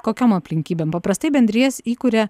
kokiom aplinkybėm paprastai bendrijas įkuria